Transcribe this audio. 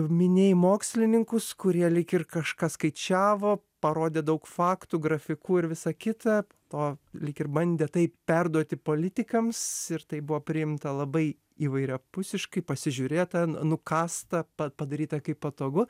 minėjai mokslininkus kurie lyg ir kažką skaičiavo parodė daug faktų grafikų ir visa kita to lyg ir bandė tai perduoti politikams ir tai buvo priimta labai įvairiapusiškai pasižiūrėta nukąsta padaryta kaip patogu